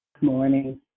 morning